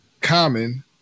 common